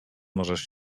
możesz